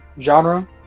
genre